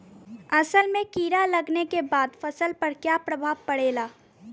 असल में कीड़ा लगने के बाद फसल पर क्या प्रभाव पड़ेगा?